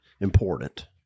important